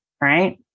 right